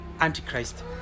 Antichrist